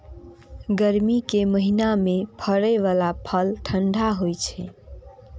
गर्मी के महीना मे फड़ै बला फल ठंढा होइ छै